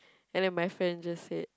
and then my friend just said